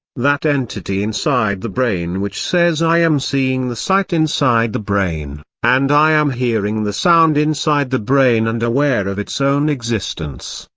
that entity inside the brain which says i am seeing the sight inside the brain, and i am hearing the sound inside the brain and aware of its own existence,